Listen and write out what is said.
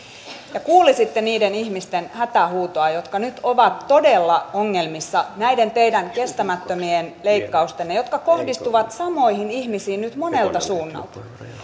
ja kuulisitte niiden ihmisten hätähuutoa jotka nyt ovat todella ongelmissa näiden teidän kestämättömien leikkaustenne takia nehän kohdistuvat samoihin ihmisiin nyt monelta suunnalta